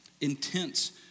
intense